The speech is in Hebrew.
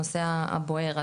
הנושא הבוער.